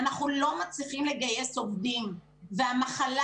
אנחנו לא מצליחים לגייס עובדים והמחלה